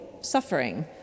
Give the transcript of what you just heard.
suffering